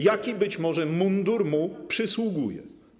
Jaki być może mundur mu przysługuje?